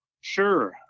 Sure